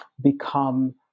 become